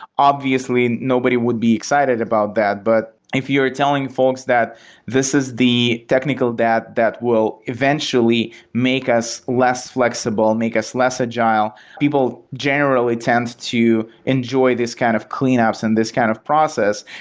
obviously nobody would be excited about that. but if you're telling folks that this is the technical that that will eventually make us less flexible, make us less agile, people generally tend to enjoy this kind of cleanups and this kind of process.